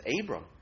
Abram